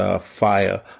fire